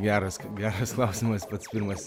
geras geras klausimas pats pirmas